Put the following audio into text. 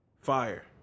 fire